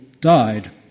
died